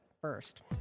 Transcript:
first